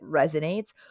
resonates